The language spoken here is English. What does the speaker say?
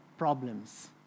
problems